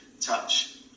touch